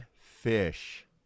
fish